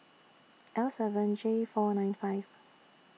L seven J four nine five